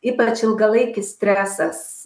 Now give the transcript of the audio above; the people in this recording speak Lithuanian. ypač ilgalaikis stresas